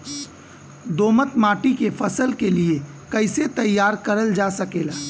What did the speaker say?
दोमट माटी के फसल के लिए कैसे तैयार करल जा सकेला?